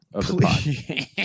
Please